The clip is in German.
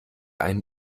einen